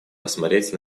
посмотреть